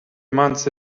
mans